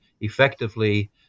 effectively